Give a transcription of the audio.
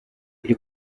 iri